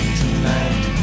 tonight